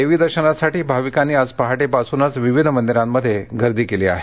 देवी दर्शनासाठी भाविकांनी आज पहाटेपासूनच विविध मंदिरांमध्ये गर्दी केली आहे